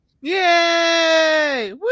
Yay